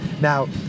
Now